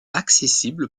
accessible